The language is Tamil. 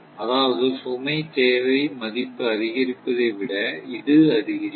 அதாவது சுமை தேவை மதிப்பு அதிகரிப்பதை விட இது அதிகரிக்கும்